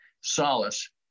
solace